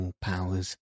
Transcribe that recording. powers